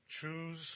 Choose